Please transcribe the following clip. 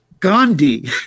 Gandhi